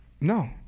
No